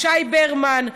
שי ברמן,